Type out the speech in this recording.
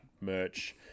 merch